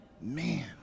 man